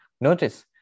notice